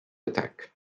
attack